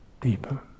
deeper